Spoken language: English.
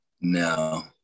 No